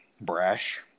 brash